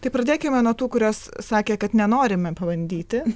tai pradėkime nuo tų kurios sakė kad nenorime pabandyti